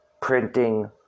printing